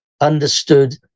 understood